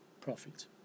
profit